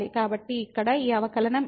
కాబట్టి ఇక్కడ ఈ అవకలనం ఏమిటి fx0 Δy